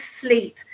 sleep